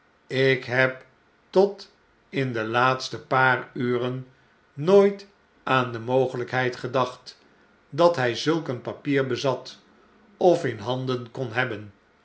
ik neb tot in de laatste paar uren nooit aan de mogeiykheid gedacht dat hy zulk een papier bezat of in handen kon hebben